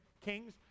kings